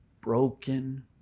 broken